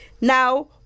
now